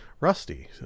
Rusty